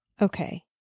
Okay